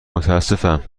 متاسفم